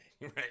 right